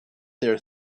there